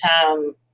time